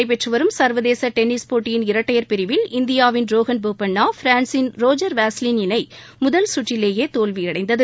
நடைபெற்று வரும் சர்வதேச டென்னிஸ் போட்டியின் இரட்டையர் பிரிவில் கலிபோர்னியாவில் இந்தியாவின் ரோஹன் போபண்ணா பிரான்சின் ரோஜர் வாஸ்லின் இணை முதல் சுற்றிலேயே தோல்வியடைந்தது